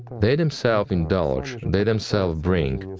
they themselves indulge, they themselves bring.